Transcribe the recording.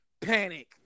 panic